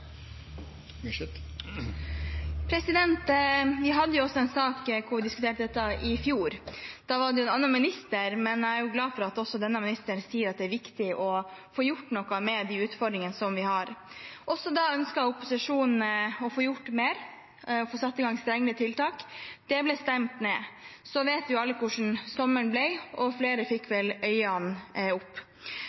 Vi hadde jo også en sak der vi diskuterte dette, i fjor. Da var det en annen minister, men jeg er glad for at også denne ministeren sier at det er viktig å få gjort noe med de utfordringene vi har. Også da ønsket opposisjonen å få gjort mer, få satt i verk strengere tiltak. Det ble stemt ned. Så vet vi alle hvordan sommeren ble, og flere fikk vel øynene opp.